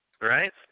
Right